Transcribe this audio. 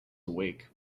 awake